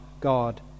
God